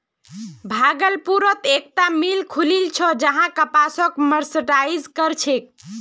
भागलपुरत एकता मिल खुलील छ जहां कपासक मर्सराइज कर छेक